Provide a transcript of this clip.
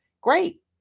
Great